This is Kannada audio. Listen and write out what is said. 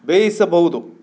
ಬೇಯಿಸಬಹುದು